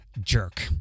jerk